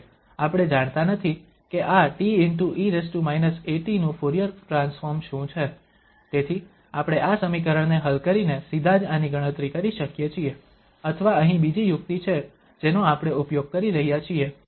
જો કે આપણે જાણતા નથી કે આ te−at નું ફુરીયર ટ્રાન્સફોર્મ શું છે તેથી આપણે આ સમીકરણને હલ કરીને સીધા જ આની ગણતરી કરી શકીએ છીએ અથવા અહીં બીજી યુક્તિ છે જેનો આપણે ઉપયોગ કરી રહ્યા છીએ